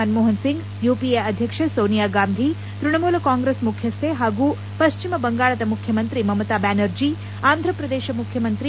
Manmohan Singh UPA ಅಧ್ಯಕ್ಷೆ ಸೋನಿಯಾಗಾಂಧಿ ತೃಣಮೂಲ ಕಾಂಗ್ರೆಸ್ ಮುಖ್ಯಕ್ಷೆ ಹಾಗೂ ಪಶ್ಚಿಮ ಬಂಗಾಳದ ಮುಖ್ಯಮಂತ್ರಿ ಮಮತಾ ಬ್ಲಾನರ್ಜಿ ಆಂಧಪ್ರದೇಶ ಮುಖ್ಯಮಂತ್ರಿ